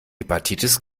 hepatitis